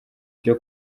byo